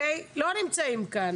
לא נמצאים כאן.